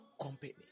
company